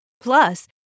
Plus